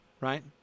right